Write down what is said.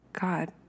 God